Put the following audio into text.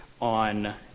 on